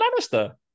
Lannister